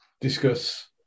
discuss